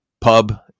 pub